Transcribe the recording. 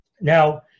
Now